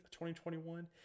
2021